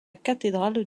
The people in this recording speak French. cathédrale